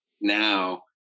now